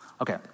Okay